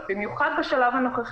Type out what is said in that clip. במיוחד במצב הנוכחי,